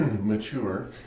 mature